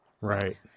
Right